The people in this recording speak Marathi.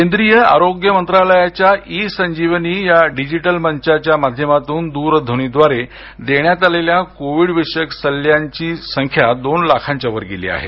केंद्रीय आरोग्य मंत्रालयाच्या ई संजीवनी या डिजिटल मंचाच्या माध्यमातून द्रध्वनीद्वारे देण्यात आलेल्या कोविडविषयक सल्ल्यांची संख्या दोन लाखांच्यावर गेली आहे